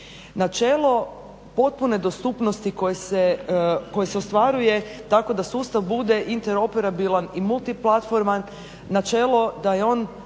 Načelo potpune dostupnosti koje se ostvaruje tako da sustav bude interoperabilan i multiplatforman, načelo da je ono